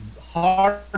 hard